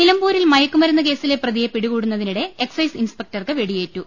നിലമ്പൂരിൽ മയക്കുമരുന്ന് കേസിലെ പ്രതിയെ പിടികൂടുന്നതിനിടെ എ ക്സൈസ് ഇൻസ്പെകടർക്ക് വെടിയേറ്റു